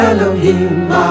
Elohim